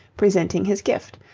presenting his gift,